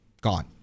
gone